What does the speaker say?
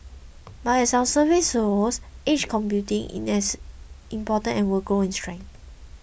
but as our survey shows edge computing is as important and will grow in strength